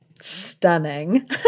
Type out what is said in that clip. stunning